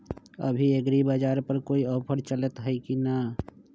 अभी एग्रीबाजार पर कोई ऑफर चलतई हई की न?